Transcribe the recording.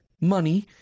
money